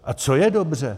A co je dobře?